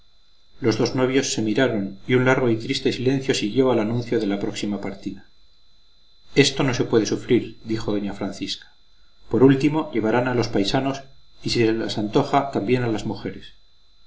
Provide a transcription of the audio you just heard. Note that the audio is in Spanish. los dos novios se miraron y un largo y triste silencio siguió al anuncio de la próxima partida esto no se puede sufrir dijo doña francisca por último llevarán a los paisanos y si se les antoja también a las mujeres